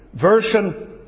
version